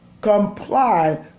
comply